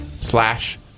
slash